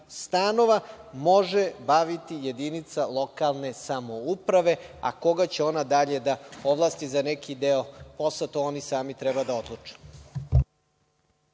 stanova može baviti jedinica lokalne samouprave, a koga će ona dalje da ovlasti za neki deo, posle to oni sami treba da odluče.